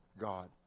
God